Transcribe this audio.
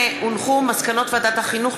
מסקנות ועדת החינוך,